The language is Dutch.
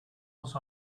ons